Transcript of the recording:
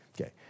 Okay